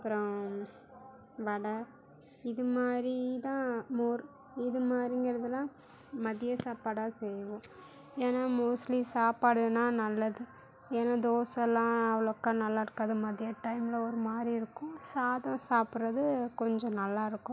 அப்புறம் வடை இது மாதிரி தான் மோர் இது மாதிரிங்கறதெல்லாம் மதிய சாப்பாடாக செய்வோம் ஏன்னால் மோஸ்ட்லி சாப்பாடுன்னா நல்லது ஏன்னால் தோசைல்லாம் அவ்வளோக்கா நல்லாயிருக்காது மதிய டைமில் ஒரு மாதிரி இருக்கும் சாதம் சாப்பிட்றது கொஞ்சம் நல்லாயிருக்கும்